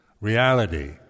reality